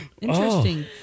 Interesting